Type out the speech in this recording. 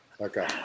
Okay